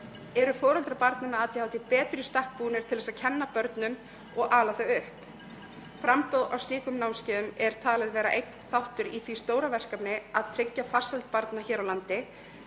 eru foreldrar barna með ADHD betur í stakk búnir til að kenna börnunum og ala þau upp. Framboð á slíkum námskeiðum er talið vera einn þáttur í því stóra verkefni að tryggja farsæld barna hér á landi.